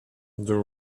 the